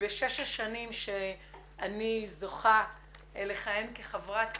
בשש השנים שאני זוכה לכהן כחברת כנסת,